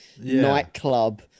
nightclub